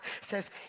says